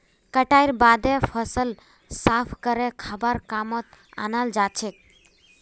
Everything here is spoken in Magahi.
कटाईर बादे फसल साफ करे खाबार कामत अनाल जाछेक